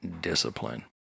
discipline